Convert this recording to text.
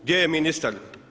Gdje je ministar?